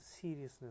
seriousness